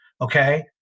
okay